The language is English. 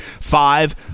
five